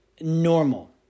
normal